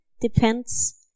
depends